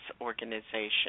organization